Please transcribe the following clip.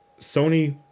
Sony